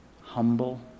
humble